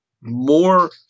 more